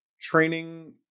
training